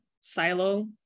silo